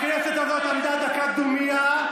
הכנסת הזאת עמדה דקת דומייה,